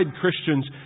Christians